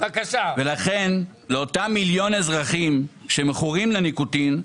לכן לאותם מיליון אזרחים שמכורים לניקוטין,